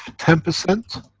ten percent?